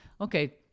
okay